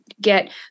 get